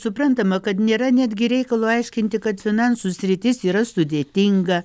suprantama kad nėra netgi reikalo aiškinti kad finansų sritis yra sudėtinga